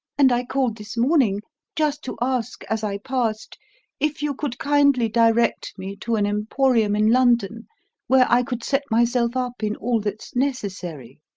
and i called this morning just to ask as i passed if you could kindly direct me to an emporium in london where i could set myself up in all that's necessary.